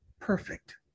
Perfect